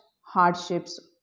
hardships